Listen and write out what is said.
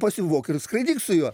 pasivok ir skraidyk su juo